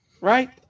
right